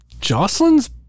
Jocelyn's